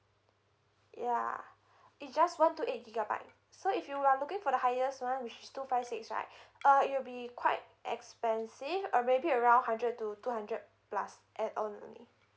ya it's just one two eight gigabyte so if you are looking for the highest one which is two five six right uh it'll be quite expensive uh maybe around hundred to two hundred plus add on only